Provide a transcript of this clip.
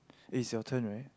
is your turn right